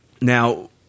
Now